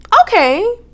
okay